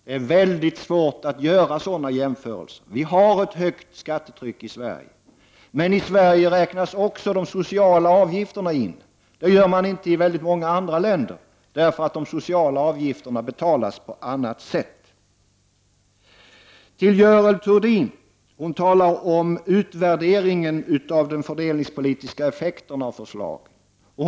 Det är väldigt svårt att göra sådana jämförelser. Vi har ett högt skattetryck i Sverige, men i Sverige räknas också de sociala avgifterna in i skatterna, vilket man inte gör i många andra länder, där de sociala avgifterna betalas på annat sätt. Görel Thurdin talar om utvärdering av de fördelningspolitiska effekterna av förslaget.